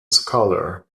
scholar